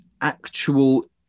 actual